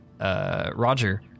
Roger